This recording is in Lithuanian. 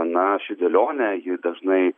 na ši dėlionė ji dažnai